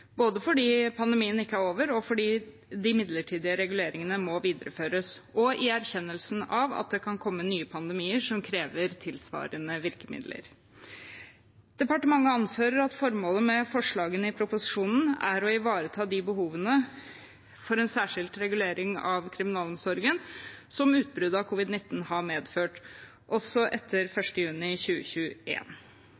både fordi pandemien ikke er over, fordi de midlertidige reguleringene må videreføres, og i erkjennelsen av at det kan komme nye pandemier som krever tilsvarende virkemidler. Departementet anfører at formålet med forslagene i proposisjonen er å ivareta de behovene for en særskilt regulering av kriminalomsorgen som utbruddet av covid-19 har medført, også etter